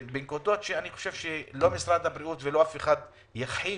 אני חושב שלא משרד הבריאות ולא אף אחד יכחיש